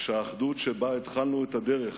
ושהאחדות שבה התחלנו את הדרך